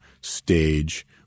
stage